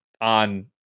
on